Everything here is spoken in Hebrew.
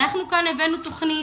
אנחנו כבר הבאנו תוכנית,